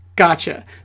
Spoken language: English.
Gotcha